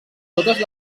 totes